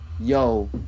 Yo